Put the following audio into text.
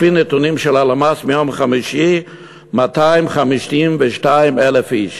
לפי נתונים של הלמ"ס מיום חמישי: 252,000 איש.